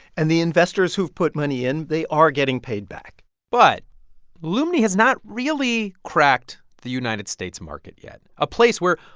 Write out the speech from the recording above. and the investors who've put money in, they are getting paid back but lumni has not really cracked the united states market yet, a place where,